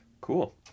Cool